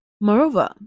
moreover